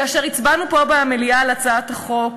כאשר הצבענו פה במליאה על הצעת החוק,